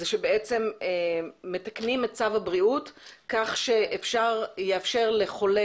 זה שמתקנים את צו הבריאות כך שיאפשר לחולה